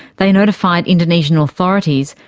they notified indonesian authorities,